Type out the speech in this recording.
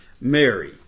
Mary